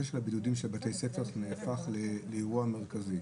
של הבידודים של בתי הספר הפך לאירוע מרכזי.